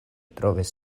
trovis